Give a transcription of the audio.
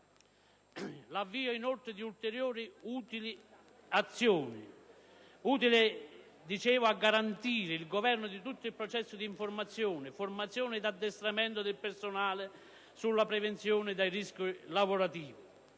l'avvio di ulteriori azioni utili a garantire il governo di tutto il processo di informazione, formazione e addestramento del personale sulla prevenzione dei rischi lavorativi,